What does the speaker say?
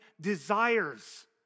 desires